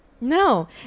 No